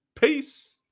Peace